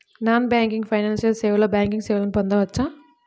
Non banking financial సేవలో banking సేవలను పొందవచ్చా?